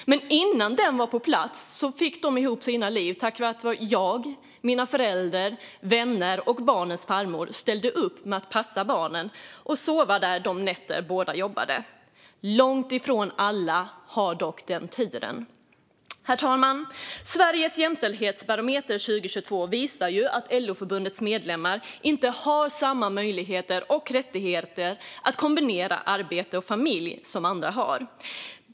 Men innan den var på plats fick de ihop sina liv tack vare att jag, mina föräldrar, vänner och barnens farmor ställde upp och passade barnen och sov hos dem de nätter som båda föräldrarna jobbade. Långt ifrån alla har dock denna tur. Herr talman! Sveriges jämställdhetsbarometer 2022 visar att LO-förbundens medlemmar inte har samma möjligheter och rättigheter som andra att kombinera arbete och familj.